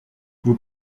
vous